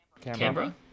canberra